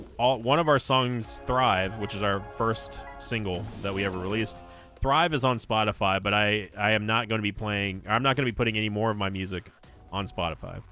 ah one of our songs thrive which is our first single that we ever released thrive is on spotify but i i am not going to be playing i'm not gonna be putting any more of my music on spotify